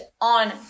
on